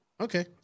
Okay